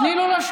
תני לו להשלים.